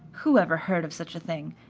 who ever heard of such a thing.